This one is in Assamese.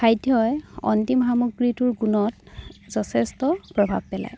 খাদ্যই অন্তিম সামগ্ৰীটোৰ গুণত যথেষ্ট প্ৰভাৱ পেলায়